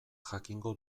jakingo